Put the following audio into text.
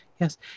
Yes